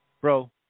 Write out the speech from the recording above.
bro